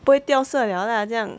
不会掉色了啦这样